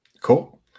cool